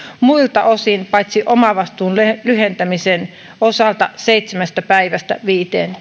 muilta osin paitsi omavastuun lyhentämisen osalta seitsemästä päivästä viiteen